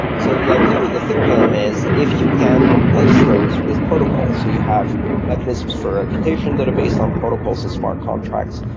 so the idea with ethereum is if you can replace those with protocols, so you have mechanisms for reputation that are based on protocols and smart contracts,